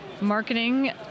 marketing